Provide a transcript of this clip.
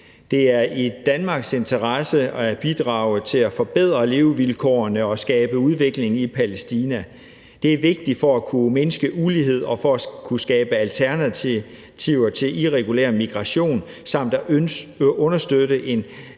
Det er i Danmarks interesse at bidrage til at forbedre levevilkårene og skabe udvikling i Palæstina. Det er vigtigt for at kunne mindske ulighed, for at kunne skabe alternativer til irregulær migration og for at kunne understøtte en